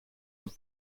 dat